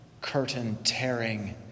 curtain-tearing